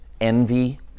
Envy